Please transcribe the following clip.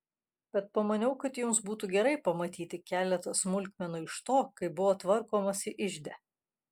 bet pamaniau kad jums būtų gerai pamatyti keletą smulkmenų iš to kaip buvo tvarkomasi ižde